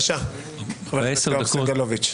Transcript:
בבקשה, חבר הכנסת יואב סגלוביץ'.